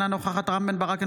אינה נוכחת רם בן ברק,